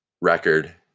record